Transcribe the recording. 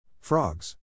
Frogs